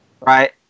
Right